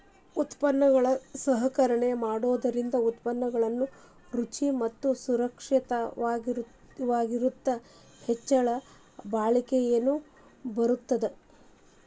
ಉತ್ಪನ್ನಗಳ ಸಂಸ್ಕರಣೆ ಮಾಡೋದರಿಂದ ಉತ್ಪನ್ನಗಳು ರುಚಿ ಮತ್ತ ಸುರಕ್ಷಿತವಾಗಿರತ್ತದ ಹೆಚ್ಚಗಿ ಬಾಳಿಕೆನು ಬರತ್ತದ